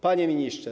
Panie Ministrze!